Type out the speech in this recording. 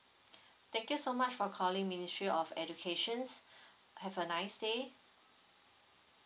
thank you so much for calling ministry of education have a nice day